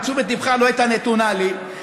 ותשומת ליבך לא הייתה נתונה לי,